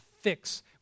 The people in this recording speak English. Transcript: fix